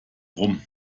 rum